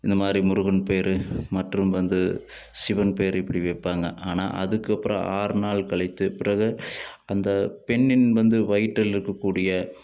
இந்தமாதிரி முருகன் பேர் மற்றும் வந்து சிவன் பேர் இப்படி வைப்பாங்க ஆனால் அதுக்கப்பறம் ஆறு நாள் கழித்து பிறகு அந்த பெண்ணின் வந்து வயிற்றில் இருக்கக்கூடிய